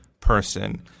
person